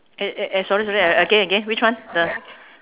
eh eh eh sorry sorry a~ again again which one the